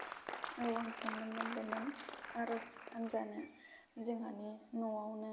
औ आं संनो मोन्दोंमोन आरज हान्जानो जोंहानि न'आवनो